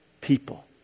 people